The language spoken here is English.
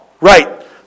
Right